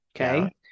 Okay